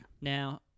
Now